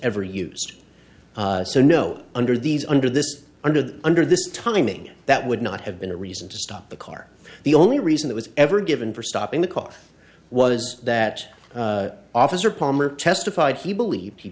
ever used so no under these under this under the under this timing that would not have been a reason to stop the car the only reason it was ever given for stopping the car was that officer palmer testified he believed he